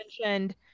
mentioned